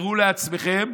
תחזרו לעצמכם,